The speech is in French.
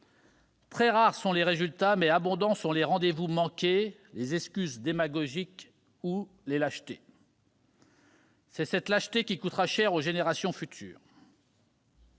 Très rares sont les résultats, mais abondants sont les rendez-vous manqués, les excuses démagogiques et les lâchetés. C'est cette lâcheté qui coûtera cher aux générations futures.